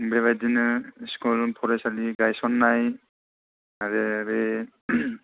बेबादिनो स्कुल फरायसालि गायसननाय आरो बे